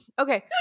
Okay